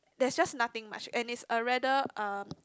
there's just nothing much and is a rather um